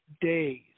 days